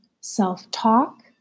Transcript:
self-talk